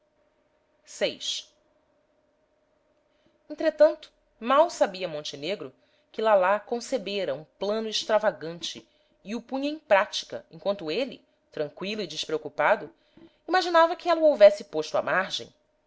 vi entretanto mal sabia montenegro que lalá concebera um plano extravagante e o punha em prática enquanto ele tranqüilo e despreocupado imaginava que ela o houvesse posto à margem